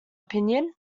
opinion